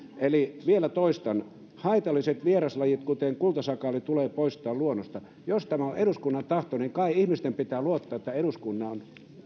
eli toistan vielä haitalliset vieraslajit kuten kultasakaali tulee poistaa luonnosta jos tämä on eduskunnan tahto niin kai ihmisten pitää luottaa että eduskunnan